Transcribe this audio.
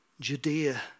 Judea